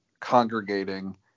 congregating